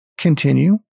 continue